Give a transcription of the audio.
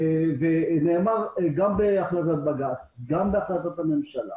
נאמר גם בהחלטת בג"ץ, גם בהחלטת הממשלה